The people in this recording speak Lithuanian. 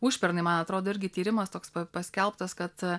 užpernai man atrodo irgi tyrimas toks pa paskelbtas kad